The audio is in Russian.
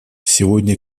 сегодня